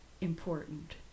important